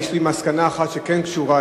יש לי מסקנה אחת שכן קשורה,